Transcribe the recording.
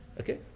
okay